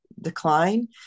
decline